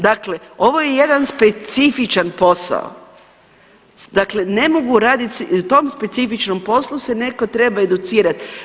Dakle, ovo je jedan specifičan posao, dakle ne mogu radit, u tom specifičnom poslu se neko treba educirat.